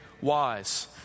wise